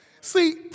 See